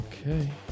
Okay